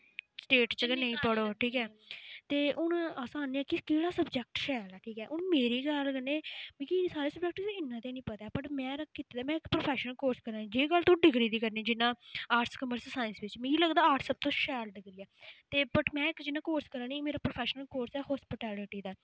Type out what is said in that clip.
state च गै निं पढ़ो ठीक ऐ ते हून अस आखने कि केह्ड़ा सब्जैक्ट शैल ऐ ठीक ऐ हून मेरे ख्याल कन्नै मिकी सारे सब्जैक्ट दा इन्ना ते निं पता ऐ पर मैं कीते दा ऐ मैं इक प्रोफैशनल कोर्स करा'नी जे गल्ल तुस डिग्री दी करनी जि'यां आर्ट्स कामर्स साइंस बिच्च मिगी लगदा आर्ट्स सबतो शैल डिग्री ऐ ते बट मैं इक जि'यां कोर्स करा'नी मेरा प्रोफैशनल कोर्स ऐ हास्पिटैलिटी दा